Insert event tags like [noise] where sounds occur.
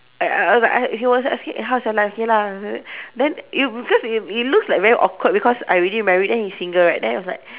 I I I was like I he was asking eh how's your life okay lah [noise] then it because it it looks like very awkward because I already married then he single right then I was like